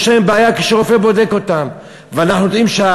יש להן בעיה כשרופא בודק אותן,